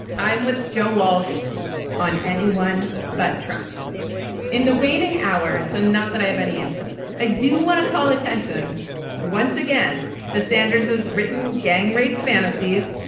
i'm with joe walsh on anyone but trump in the waning hours, and not that i have any influence. i do want to call attention once again to sanders as written gang rape fantasies.